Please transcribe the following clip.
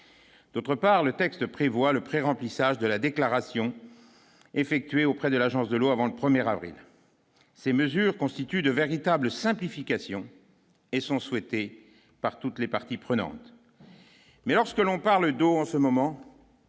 d'autre part, le texte prévoit le pré-remplissage de la déclaration effectuée auprès de l'Agence de l'eau avant le 1er avril ces mesures constituent de véritables simplification et sont souhaitée par toutes les parties prenantes, mais lorsque l'on parle d'eau en ce moment.